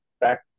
back